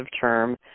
term